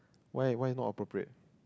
why why no appropriate